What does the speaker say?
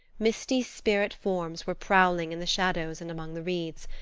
misty spirit forms were prowling in the shadows and among the reeds,